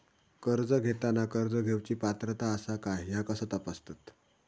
कर्ज घेताना कर्ज घेवची पात्रता आसा काय ह्या कसा तपासतात?